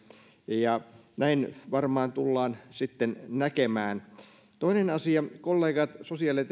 ja tämä varmaan tullaan näkemään toinen asia kollegat sosiaali ja